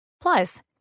Plus